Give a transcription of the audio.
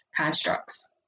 constructs